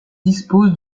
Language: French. dispose